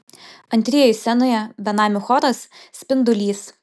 antrieji scenoje benamių choras spindulys